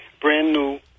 brand-new